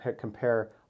compare